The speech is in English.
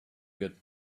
get